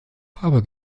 farbe